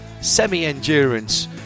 semi-endurance